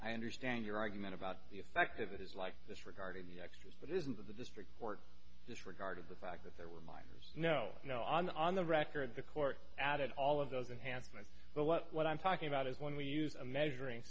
i understand your argument about the effect of it is like disregarding the extras but isn't that the district court disregard of the fact that there were minors no no on on the record the court added all of those enhanced but what what i'm talking about is when we use a measuring